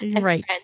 Right